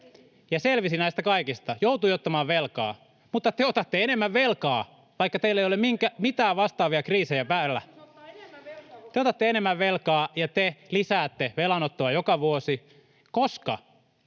ja selvisi näistä kaikista, joutui ottamaan velkaa. Mutta te otatte enemmän velkaa, vaikka teillä ei ole mitään vastaavia kriisejä päällä. Te otatte enemmän velkaa ja te lisäätte velanottoa joka vuosi, koska